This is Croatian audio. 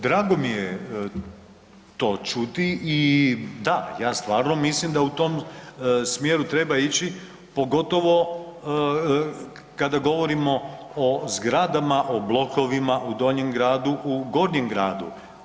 Drago mi je to čuti i da, ja stvarno mislim da u tom smjeru treba ići, pogotovo kada govorimo o zgradama, o blokovima u Donjem gradu, u Gornjem gradu.